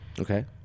Okay